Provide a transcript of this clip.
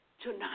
tonight